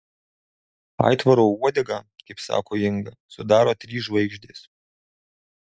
aitvaro uodegą kaip sako inga sudaro trys žvaigždės